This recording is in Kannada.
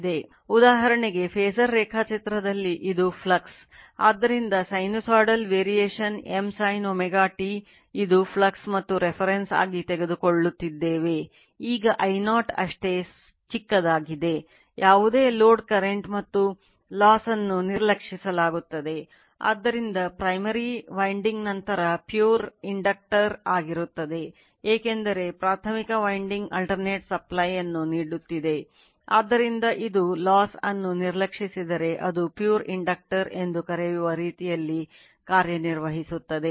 ಉದಾಹರಣೆಗೆ ಫಾಸರ್ ರೇಖಾಚಿತ್ರದಲ್ಲಿ ಇದು ಫ್ಲಕ್ಸ್ ಆದ್ದರಿಂದ ಸೈನುಸೈಡಲ್ variation ಎಂದು ಕರೆಯುವ ರೀತಿಯಲ್ಲಿ ಕಾರ್ಯನಿರ್ವಹಿಸುತ್ತದೆ